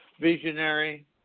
visionary